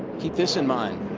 keep this in mind.